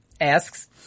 asks